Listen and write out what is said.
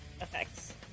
effects